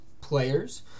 players